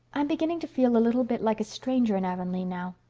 i'm beginning to feel a little bit like a stranger in avonlea now?